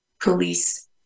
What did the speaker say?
police